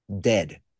dead